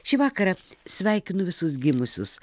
šį vakarą sveikinu visus gimusius